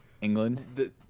England